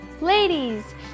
Ladies